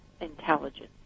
intelligence